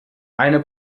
eine